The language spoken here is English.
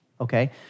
okay